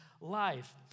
life